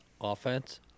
offense